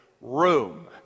room